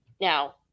Now